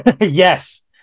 yes